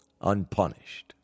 unpunished